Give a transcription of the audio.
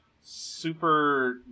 super